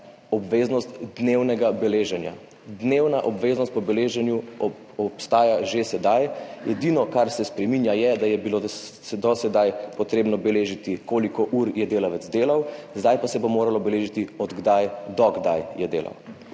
obveznost dnevnega beleženja. Dnevna obveznost po beleženju obstaja že sedaj, edino, kar se spreminja, je, da je bilo do sedaj treba beležiti, koliko ur je delavec delal, zdaj pa se bo moralo beležiti, od kdaj do kdaj je delal.